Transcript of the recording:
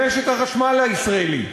למשק החשמל הישראלי.